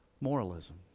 moralism